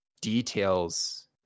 details